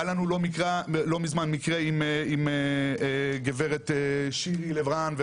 היה לנו מקרה לא מזמן עם גב' שירי לב רן,